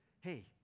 Hey